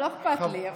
לא, לא אכפת לי.